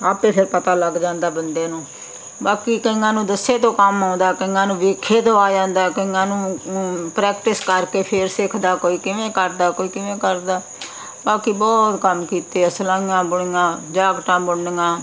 ਆਪੇ ਫਿਰ ਪਤਾ ਲੱਗ ਜਾਂਦਾ ਬੰਦੇ ਨੂੰ ਬਾਕੀ ਕਈਆਂ ਨੂੰ ਦੱਸੇ ਤੋਂ ਕੰਮ ਆਉਂਦਾ ਕਈਆਂ ਨੂੰ ਵੇਖੇ ਤੋਂ ਆ ਜਾਂਦਾ ਕਈਆਂ ਨੂੰ ਪ੍ਰੈਕਟਿਸ ਕਰਕੇ ਫਿਰ ਸਿੱਖ ਦਾ ਕੋਈ ਕਿਵੇਂ ਕਰਦਾ ਕੋਈ ਕਿਵੇਂ ਕਰਦਾ ਬਾਕੀ ਬਹੁਤ ਕੰਮ ਕੀਤੇ ਆ ਸਿਲਾਈਆਂ ਬੁਣੀਆਂ ਜਾਕਟਾਂ ਬੁਣੀਆਂ